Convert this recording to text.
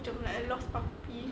something like a lot of